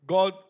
God